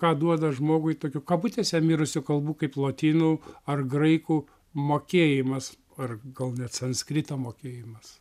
ką duoda žmogui tokių kabutėse mirusių kalbų kaip lotynų ar graikų mokėjimas ar gal net sanskrito mokėjimas